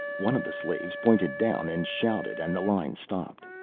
one of the slaves pointed down and shouted and the line stopped.